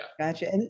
Gotcha